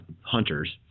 hunters